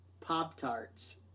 Pop-Tarts